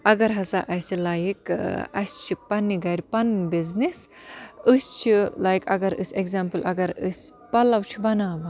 اگر ہَسا اَسہِ لایِک اَسہِ چھِ پنٛنہِ گَرِ پَنٕنۍ بِزنس أسۍ چھِ لایک اگر أسۍ اٮ۪کزامپٕل اگر أسۍ پَلَو چھِ بَناوان